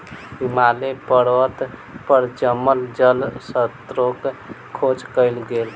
हिमालय पर्वत पर जमल जल स्त्रोतक खोज कयल गेल